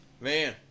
Man